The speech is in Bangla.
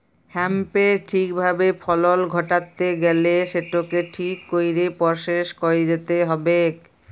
হ্যাঁম্পের ঠিক ভাবে ফলল ঘটাত্যে গ্যালে সেটকে ঠিক কইরে পরসেস কইরতে হ্যবেক